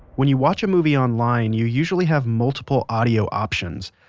when you watch a movie online, you usually have multiple audio options.